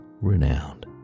renowned